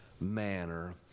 manner